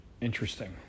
Interesting